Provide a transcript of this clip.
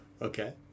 okay